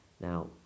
Now